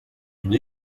une